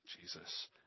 Jesus